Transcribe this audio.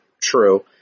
true